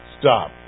Stop